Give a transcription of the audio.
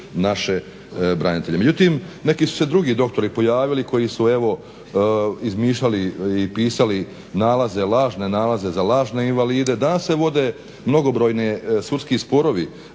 naše branitelje. Međutim, neki su se drugi doktori pojavili koji su evo izmišljali i pisali nalaze, lažne nalaze za lažne invalide. Danas se vode mnogobrojni sudski sporovi,